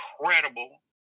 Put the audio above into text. incredible